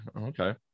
Okay